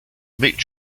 mick